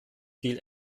viel